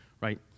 right